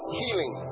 healing